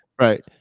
Right